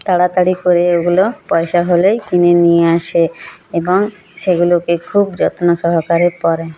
তাড়াতাড়ি করে ওগুলো পয়সা হলেই কিনে নিয়ে আসে এবং সেগুলোকে খুব যত্ন সহকারে পরে